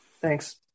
Thanks